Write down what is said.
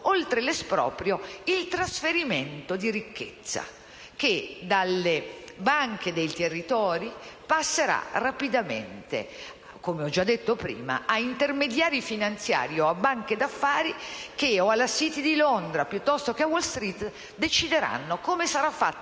oltre all'esproprio, il trasferimento di ricchezza, che dalle banche dei territori passerà rapidamente - come ho già detto prima - a intermediari finanziari o a banche di affari che, alla City di Londra piuttosto che a Wall Street, decideranno come sarà fatto